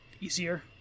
easier